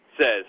says